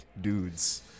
dudes